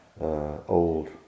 old